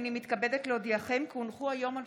בפתח הדיון אני מתכבד להזמין את